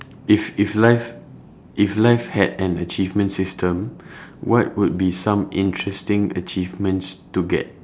if if life if life had an achievement system what would be some interesting achievements to get